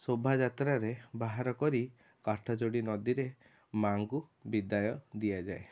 ଶୋଭାଯାତ୍ରାରେ ବାହାର କରି କାଠଯୋଡ଼ି ନଦୀରେ ମାଁଙ୍କୁ ବିଦାୟ ଦିଆଯାଏ